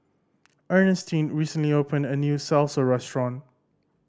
Earnestine recently opened a new Salsa Restaurant